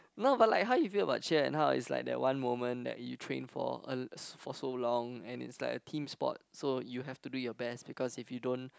no but like how you feel about cheer and how is like that one moment that you trained for uh for so long and is like a team sport so you have to do your best because if you don't